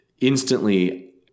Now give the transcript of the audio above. instantly